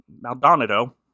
Maldonado